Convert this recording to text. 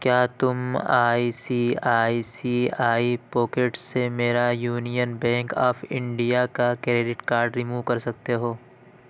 کیا تم I C I C I Pocket سے میرا یونین بینک آف انڈیا کا کریڈٹ کارڈ ریموو کر سکتے ہو